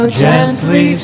gently